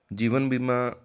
ਜੀਵਨ ਬੀਮਾ